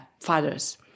fathers